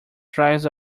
drives